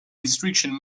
restriction